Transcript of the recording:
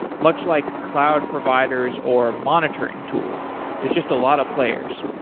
much like cloud providers or monitoring tools. there's just a lot of players.